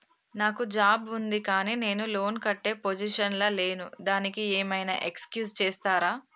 నాకు జాబ్ ఉంది కానీ నేను లోన్ కట్టే పొజిషన్ లా లేను దానికి ఏం ఐనా ఎక్స్క్యూజ్ చేస్తరా?